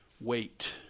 Wait